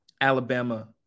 Alabama –